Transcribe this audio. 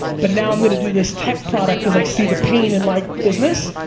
but now i'm gonna do this tech product, cause i see the pain in my business,